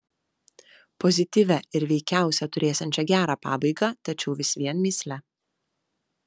pozityvia ir veikiausia turėsiančia gerą pabaigą tačiau vis vien mįsle